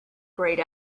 grayed